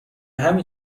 همین